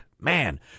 Man